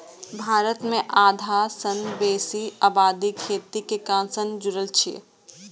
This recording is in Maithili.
भारत मे आधा सं बेसी आबादी खेती के काम सं जुड़ल छै